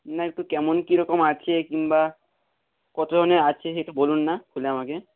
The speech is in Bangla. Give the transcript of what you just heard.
না একটু কেমন কী রকম আছে কিংবা কতো ধরনের আছে একটু বলুন না খুলে আমাকে